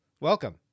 Welcome